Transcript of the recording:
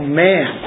man